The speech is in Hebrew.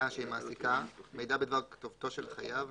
שהיא מעסיקה מידע בדבר כתובתו של החייב,